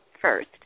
first